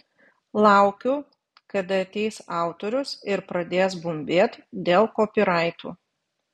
laukiu kada ateis autorius ir pradės bumbėt dėl kopyraitų